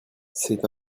c’est